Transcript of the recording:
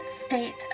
state